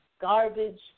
garbage